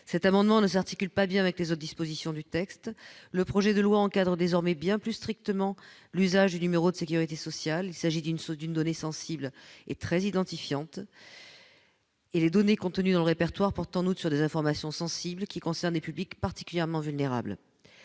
Cet amendement ne s'articule pas bien avec les autres dispositions du texte. Le projet de loi encadre désormais bien plus strictement l'usage du numéro de sécurité sociale ; il s'agit d'une donnée sensible, très identifiante. Les données contenues dans le Répertoire portent en outre sur des informations sensibles qui concernent des publics particulièrement vulnérables.